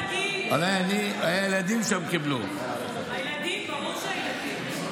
הילדים, ברור שהילדים.